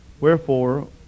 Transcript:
Wherefore